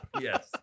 Yes